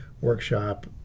workshop